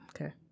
Okay